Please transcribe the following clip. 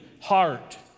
heart